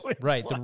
right